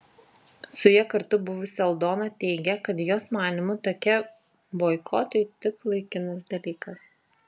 su ja kartu buvusi aldona teigė kad jos manymu tokie boikotai tik laikinas dalykas